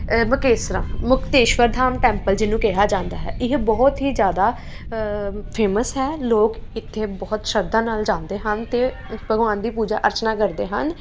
ਮਕੇਸਰਾ Mukteshwar Dham temple ਜਿਹਨੂੰ ਕਿਹਾ ਜਾਂਦਾ ਹੈ ਇਹ ਬਹੁਤ ਹੀ ਜ਼ਿਆਦਾ ਫੇਮਸ ਹੈ ਲੋਕ ਇੱਥੇ ਬਹੁਤ ਸ਼ਰਧਾ ਨਾਲ ਜਾਂਦੇ ਹਨ ਅਤੇ ਭਗਵਾਨ ਦੀ ਪੂਜਾ ਅਰਚਨਾ ਕਰਦੇ ਹਨ